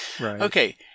okay